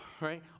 right